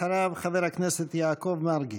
אחריו, חבר הכנסת יעקב מרגי.